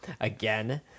again